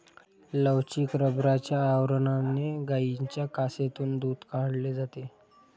लवचिक रबराच्या आवरणाने गायींच्या कासेतून दूध काढले जाते